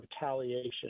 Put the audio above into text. retaliation